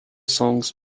songs